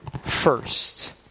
first